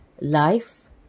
life